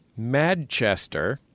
Madchester